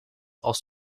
als